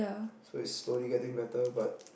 so it's slowly getting better but